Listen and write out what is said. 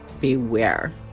Beware